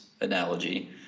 analogy